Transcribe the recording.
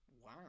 Wow